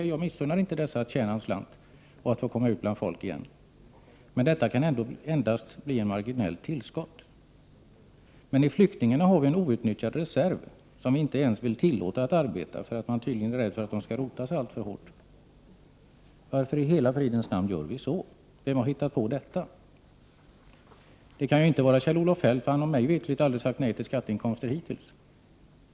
Jag missunnar inte dessa att tjäna en slant och att få komma ut bland folk igen. Men detta kan ändå endast bli ett marginellt tillskott. Men i flyktingarna har vi en outnyttjad reserv, som vi inte ens vill tillåta att arbeta, för att man tydligen är rädd för att de skall rota sig alltför hårt. - Varför i hela fridens namn gör vi så! — Vem har hittat på detta? — Det kan ju inte vara Kjell-Olof Feldt, för han har mig veterligt aldrig sagt Prot. 1988/89:60 nej till skatteinkomster hittills.